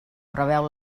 preveu